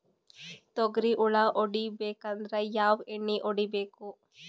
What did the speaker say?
ತೊಗ್ರಿ ಹುಳ ಹೊಡಿಬೇಕಂದ್ರ ಯಾವ್ ಎಣ್ಣಿ ಹೊಡಿಬೇಕು?